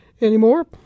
anymore